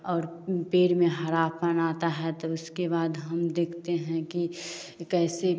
और पेड़ में हरापन आता है तो उसके बाद हम देखते हैं कि कैसे